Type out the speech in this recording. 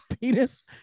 penis